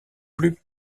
plus